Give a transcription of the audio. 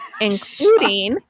including